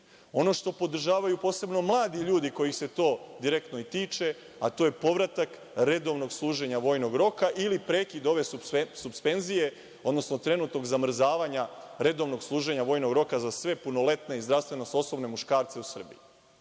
ono što podržavaju posebno mladi ljudi, kojih se to direktno i tiče,a to je povratak redovnog služenja vojnog roka ili prekid ove suspenzije, odnosno trenutnog zamrzavanja redovnog služenja vojnog roka za sve punoletne i zdravstveno sposobne muškarce u Srbiji.